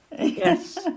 Yes